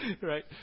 Right